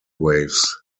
waves